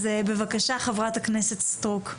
אז, בבקשה, חברת הכנסת סטרוק.